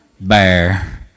bear